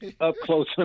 up-close